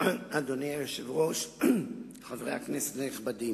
אדוני היושב-ראש, חברי הכנסת הנכבדים,